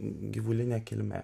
gyvuline kilme